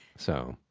so,